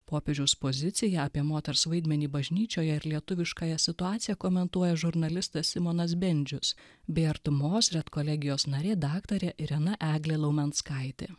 popiežiaus poziciją apie moters vaidmenį bažnyčioje ir lietuviškąją situaciją komentuoja žurnalistas simonas bendžius bei artumos redkolegijos narė daktarė irena eglė laumenskaitė